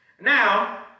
Now